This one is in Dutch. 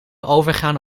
overgaan